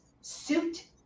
suit